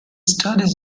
studies